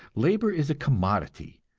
labor is a commodity,